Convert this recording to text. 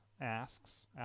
asks